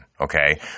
Okay